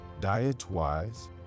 Diet-wise